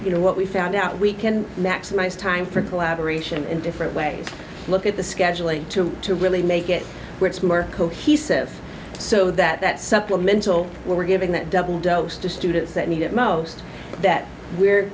you know what we found out we can maximize time for collaboration in different ways look at the schedule a too to really make it more cohesive so that supplemental we're giving that double dose to students that need it most that we're